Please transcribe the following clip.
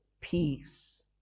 peace